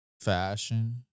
fashion